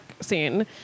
scene